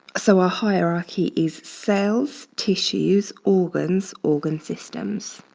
so our hierarchy is cells, tissues, organs, organ systems.